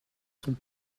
sont